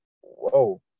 whoa